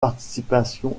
participation